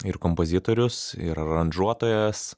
ir kompozitorius ir aranžuotojas